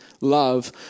love